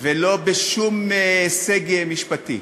ולא בשום הישג משפטי,